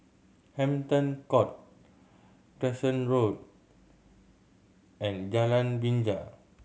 Hampton Court Crescent Road and Jalan Binja